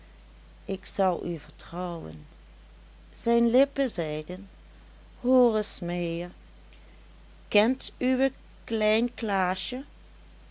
ik zal u vertrouwen zijn lippen zeiden hoor reis meheer kent uwe klein klaasje